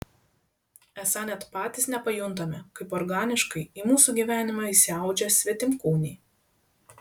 esą net patys nepajuntame kaip organiškai į mūsų gyvenimą įsiaudžia svetimkūniai